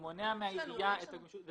הוא מונע מהעירייה את הגמישות.